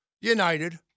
United